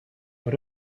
what